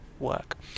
work